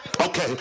okay